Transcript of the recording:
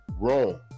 wrong